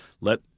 let